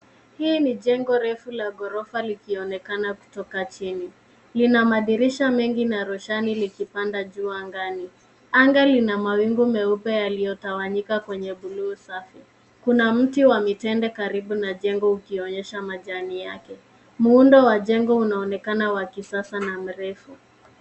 Hii ni jengo refu la ghorofa likionekana kutoka chini. Lina madirisha mengi na roshani likipanda juu angani. Anga lina mawingu meupe yaliyotawanyika kwenye buluu safi . Kuna mti wa mitende karibu na jengo ukionyesha majani yake. Muundo wa jengo unaonekana wa kisasa na mrefu.